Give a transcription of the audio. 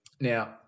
now